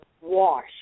wash